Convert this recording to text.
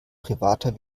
privater